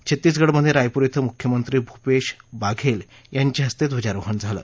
छत्तीसगढमध्ये रायपूर िं मुख्यमंत्री भूपेश बाघेल यांच्या हस्ते ध्वजारोहण झालं